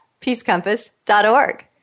peacecompass.org